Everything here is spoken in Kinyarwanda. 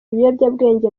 ibiyobyabwenge